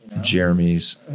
Jeremy's